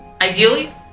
Ideally